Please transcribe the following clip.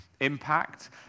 Impact